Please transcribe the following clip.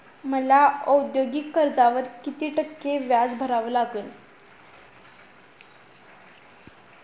मला औद्योगिक कर्जावर किती टक्के व्याज भरावे लागेल?